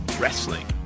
Wrestling